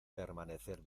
permanecer